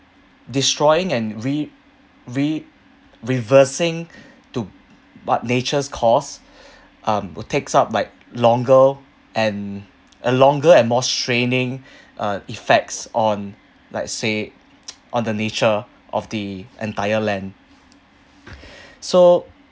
destroying and re~ re~ reversing to but nature's cause um would takes up like longer and a longer and more straining uh effects on like say on the nature of the entire land so